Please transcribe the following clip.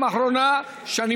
שקר.